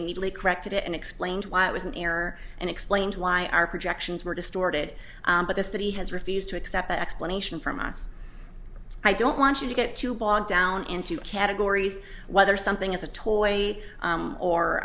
immediately corrected it and explained why it was an error and explained why our projections were distorted but this city has refused to accept the explanation from us i don't want you to get too bogged down into categories whether something is a toy